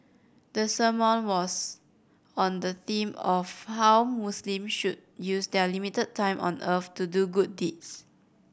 the sermon was on the theme of how Muslims should use their limited time on earth to do good deeds